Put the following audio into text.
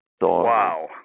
Wow